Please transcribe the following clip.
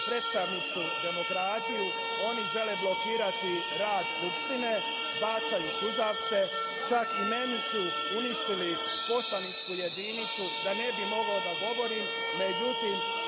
zamišlja demokratiju, oni žele blokirati rad Skupštine, bacaju suzavce, čak i meni su uništili poslaničku jedinicu da ne bih mogao da govorim, međutim,